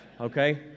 okay